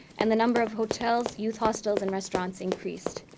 and the number of hotels, youth hostels, and restaurants increased.